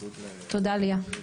תודה ליה.